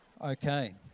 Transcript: Okay